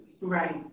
Right